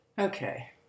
Okay